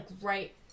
right